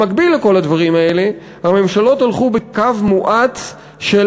במקביל לכל הדברים האלה הממשלות הלכו בקו מואץ של